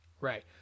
right